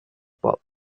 pulp